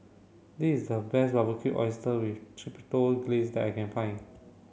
this is the best Barbecued Oyster with Chipotle Glaze that I can find